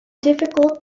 difficult